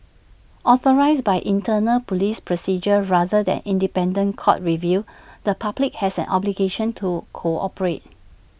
authorised by internal Police procedures rather than independent court review the public has an obligation to cooperate